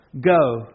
Go